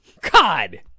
God